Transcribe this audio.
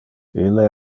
ille